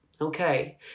okay